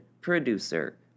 producer